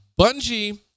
Bungie